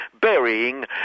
burying